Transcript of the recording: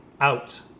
out